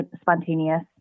spontaneous